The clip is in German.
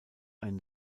ein